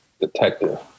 Detective